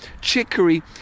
chicory